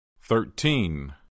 Thirteen